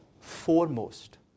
foremost